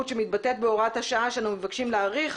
שמתבטאת בהוראת השעה שאנחנו מתבקשים להאריך,